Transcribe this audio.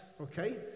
Okay